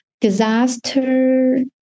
disaster